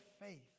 faith